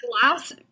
glass